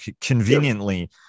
conveniently